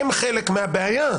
הם חלק מהבעיה.